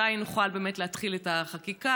מתי נוכל באמת להתחיל את החקיקה?